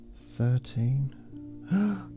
Thirteen